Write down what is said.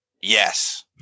yes